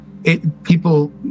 People